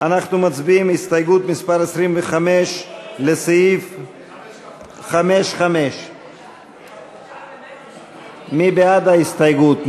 אנחנו מצביעים על הסתייגות מס' 25 לסעיף 5(5). מי בעד ההסתייגות?